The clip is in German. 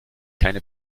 keine